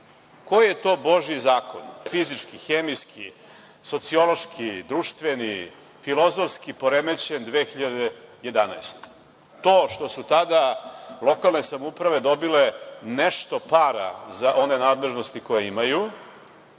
Koji je to božiji zakon, fizički, hemijski, sociološki, društveni, filozofski, poremećen 2011. godine? To što su tada lokalne samouprave dobile nešto para za one nadležnosti koje imaju,